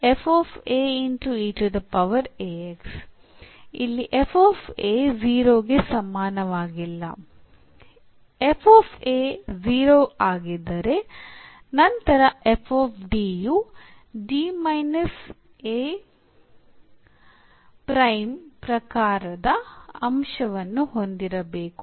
ಇಲ್ಲಿ ನಂತರ ಯು ಪ್ರಕಾರದ ಅಂಶವನ್ನು ಹೊಂದಿರಬೇಕು